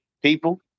People